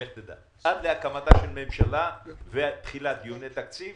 עד להקמת הממשלה ותחילת דיוני התקציב